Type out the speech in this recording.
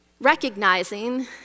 recognizing